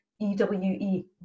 E-W-E